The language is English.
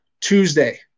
Tuesday